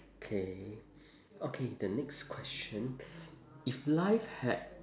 K okay the next question if life had